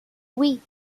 oui